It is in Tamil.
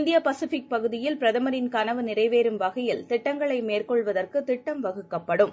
இந்தியபசிபிக் பகுதியில் பிரதமரின் களவு நிறைவேறும் வகையில் திட்டங்களைமேற்கொள்ளுவதற்குதிட்டம் வகுக்கப்படும்